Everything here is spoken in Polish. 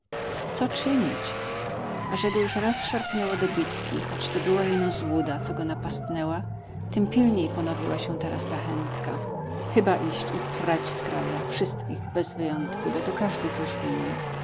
co czynić a że go już raz szarpnęło do bitki choć to była jeno złuda co go napastnęła tym pilniej ponowiła się teraz ta chętka chyba iść i prać z kraja wszystkich bez wyjątku bo tu każdy coś winien